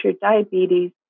diabetes